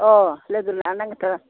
अह लोगो लानांगोनथ' आरो